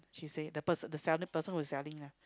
she say the person the selling person who's selling lah